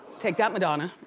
take that, madonna.